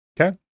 Okay